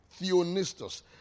theonistos